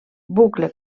bucle